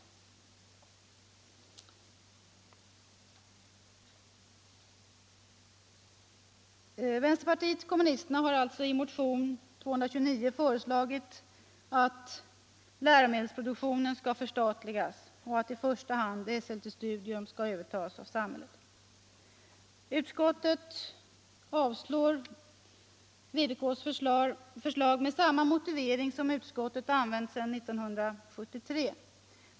Anslag till det Vänsterpartiet kommunisterna har alltså i motionen 229 föreslagit att — obligatoriska läromedelsproduktionen skall förstatligas och att i första hand Esselte skolväsendet m.m. Studium skall övertas av samhället. Utskottet avslår vpk:s förslag med samma motivering som utskottet använt sedan 1973.